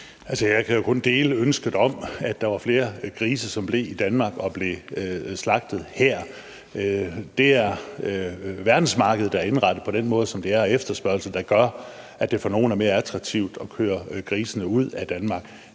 Jeg kan jo kun dele ønsket om, at der var flere grise, som blev i Danmark og blev slagtet her. Det er verdensmarkedet, der er indrettet på den måde, som det er, og efterspørgslen, der gør, at det for nogle er mere attraktivt at køre grisene ud af Danmark.